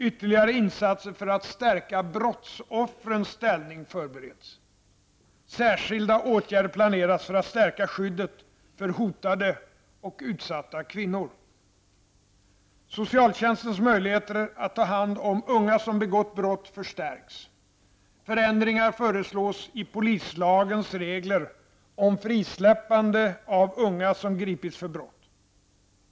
Ytterligare insatser för att stärka brottsoffrens ställning förbereds. Särskilda åtgärder planeras för att stärka skyddet för hotade och utsatta kvinnor. Socialtjänstens möjligheter att ta hand om unga som begått brott förstärks. Förändringar föreslås i polislagens regler om frisläppande av unga som gripits för brott.